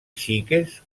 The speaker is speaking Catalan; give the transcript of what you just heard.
xiques